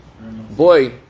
Boy